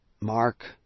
Mark